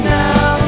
now